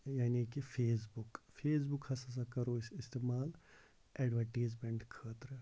یعنے کہِ Facebook Facebook ہَس ہَسا کَرو أسۍ استعمال اٮ۪ڈوَٹیٖزمٮ۪نٛٹ خٲطرٕ